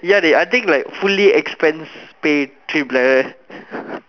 ya dey I think like fully expense paid trip like uh